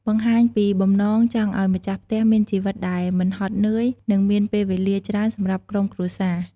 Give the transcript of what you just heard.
បង្ហាញពីបំណងចង់ឲ្យម្ចាស់ផ្ទះមានជីវិតដែល មិនហត់នឿយ និងមានពេលវេលាច្រើនសម្រាប់ក្រុមគ្រួសារ។